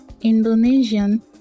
Indonesian